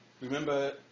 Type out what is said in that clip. remember